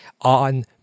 on